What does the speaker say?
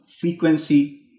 frequency